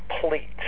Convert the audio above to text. Complete